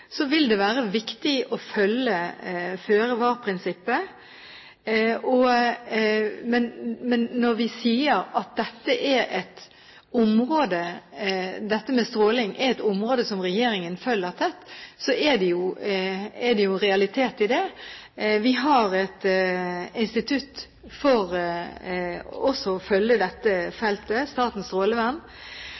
vil det være viktig å følge føre-var-prinsippet. Når vi sier at dette med stråling er et område som regjeringen følger tett, er det realitet i det. Vi har et institutt for å følge dette feltet, Statens